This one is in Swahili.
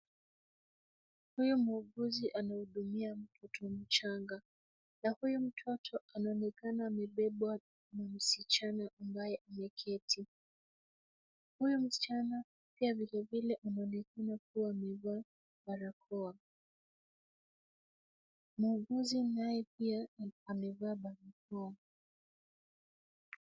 Huyu muuguzi anahudumia mtoto mchanga na huyu mtoto anaonekana amebebwa na msichana ambaye ameketi. Huyu msichana pia vilevile anaonekana kuwa amevaa barakoa. Muuguzi naye pia amevaa barakoa.